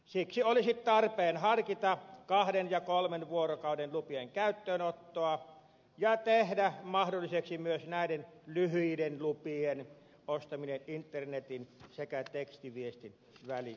siksi olisi tarpeen harkita kahden ja kolmen vuorokauden lupien käyttöönottoa ja tehdä mahdolliseksi myös näiden lyhyiden lupien ostaminen internetin sekä tekstiviestin välityksellä